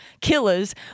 killers